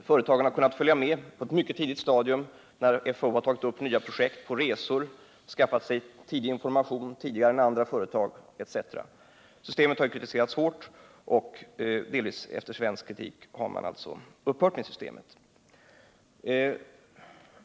När FAO tagit upp nya projekt har företagen på ett mycket tidigt stadium kunnat följa med på resor, skaffa sig information tidigare än andra företag, etc. Systemet har kritiserats hårt, och bl.a. efter svensk kritik har man upphört med systemet.